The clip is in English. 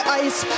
ice